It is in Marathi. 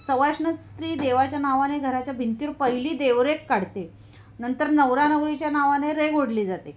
सवाष्ण स्त्री देवाच्या नावाने घराच्या भिंतीवर पहिली देव रेघ काढते नंतर नवरानवरीच्या नावाने रेघ ओढली जाते